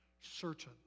Certain